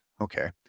okay